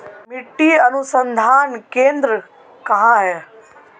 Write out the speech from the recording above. मिट्टी अनुसंधान केंद्र कहाँ है?